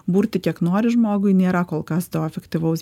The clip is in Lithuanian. burti kiek nori žmogui nėra kol kas to efektyvaus